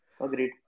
Agreed